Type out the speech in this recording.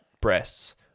breasts